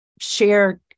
share